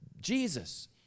Jesus